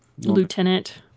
lieutenant